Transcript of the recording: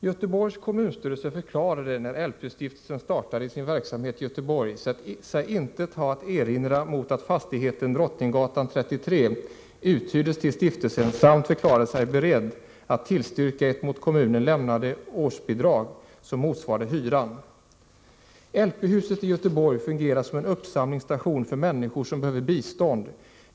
Göteborgs kommunstyrelse förklarade när LP-stiftelsen startade sin verksamhet i Göteborg sig intet ha att erinra mot att fastigheten Drottninggatan 33 uthyrdes till stiftelsen, samt förklarade sig beredd att tillstyrka att kommunen lämnade ett årsbidrag som motsvarade hyran. LP-huset i Göteborg fungerar som en uppsamlingsstation för människor som behöver bistånd.